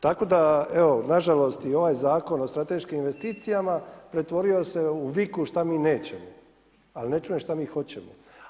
Tako da evo na žalost i ovaj Zakon o strateškim investicijama pretvorio se u viku šta mi nećemo, ali ne čuje šta mi hoćemo.